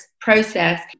process